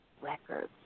records